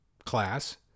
class